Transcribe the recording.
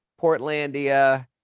Portlandia